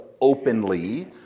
openly